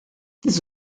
this